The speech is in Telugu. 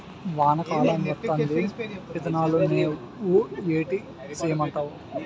వానా కాలం వత్తాంది ఇత్తనాలు నేవు ఏటి సేయమంటావు